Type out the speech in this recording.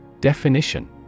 Definition